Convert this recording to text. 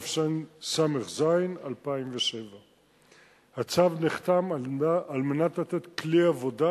התשס"ז 2007. הצו נחתם על מנת לתת כלי עבודה